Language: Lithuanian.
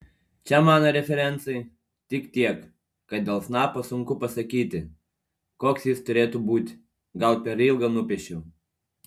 čia mano referencai tik tiek kad dėl snapo sunku pasakyti koks jis turėtų būti gal per ilgą nupiešiau